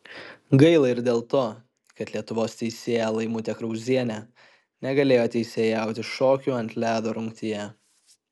gaila ir dėl to kad lietuvos teisėja laimutė krauzienė negalėjo teisėjauti šokių ant ledo rungtyje